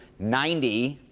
ninety.